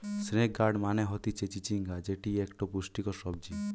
snake gourd মানে হতিছে চিচিঙ্গা যেটি একটো পুষ্টিকর সবজি